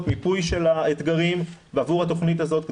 מיפוי של האתגרים בעבור התוכנית הזאת,